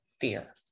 fear